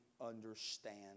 understand